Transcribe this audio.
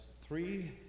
three